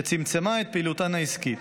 שצמצמה את פעילותן העסקית.